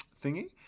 thingy